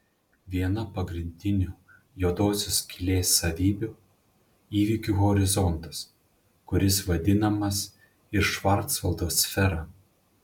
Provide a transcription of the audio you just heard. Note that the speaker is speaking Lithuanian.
viena pagrindinių juodosios skylės savybių įvykių horizontas kuris vadinamas ir švarcvaldo sfera